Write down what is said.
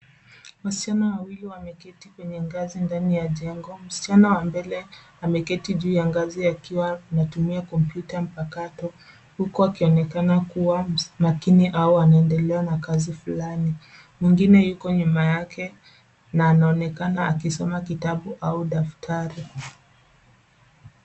Wasichana wawili wameketi kwenye ngazi ndani ya jengo. Msichana wa mbele ameketi juu ya ngazi akiwa anatumia kompyuta mpakato, huku akionekana kuwa makini au anaendelea na kazi fulani. mwingine yuko nyuma yake na anaonekana akisoma kitabu au daftari.